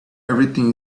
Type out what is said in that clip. everything